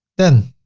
then